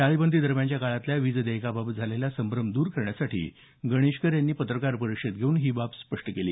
टाळेबंदीदरम्यानच्या काळातल्या वीज देयकांबाबत झालेला संभ्रम द्र करण्यासाठी गणेशकर यांनी पत्रकार परिषद घेऊन ही बाब स्पष्ट केली